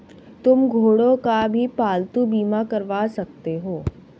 तुम घोड़ों का भी पालतू बीमा करवा सकते हो